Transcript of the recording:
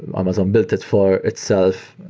amazon built it for itself.